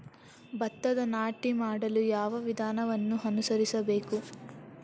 ಭತ್ತದ ನಾಟಿ ಮಾಡಲು ಯಾವ ವಿಧಾನವನ್ನು ಅನುಸರಿಸಬೇಕು?